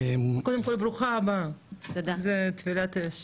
קודם כל ברוכה הבאה, זו טבילת האש.